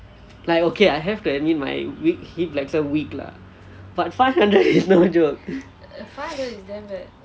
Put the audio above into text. like okay I have to admit my leg hip flexor weak lah but five hundred is no joke